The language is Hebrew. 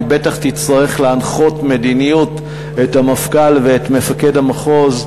כי בטח תצטרך להנחות במדיניות את המפכ"ל ואת מפקד המחוז,